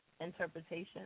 interpretation